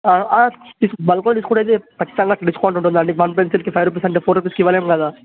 six పీ బల్క్లో తీసుకుంటే అయితే ఖచ్చితంగా డిస్కౌంట్ ఉంటుంది అండి వన్ పెన్సిల్కి ఫైవ్ రుపీస్ అని చెప్పి ఫోర్ రుపీస్కి ఇవ్వలేము కదా